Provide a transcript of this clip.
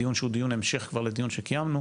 דיון שהוא דיון המשך כבר לדיון שקיימנו.